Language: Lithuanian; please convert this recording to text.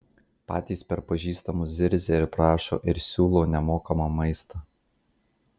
patys per pažįstamus zirzia ir prašo ir siūlo nemokamą maistą